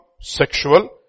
sexual